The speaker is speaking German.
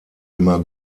immer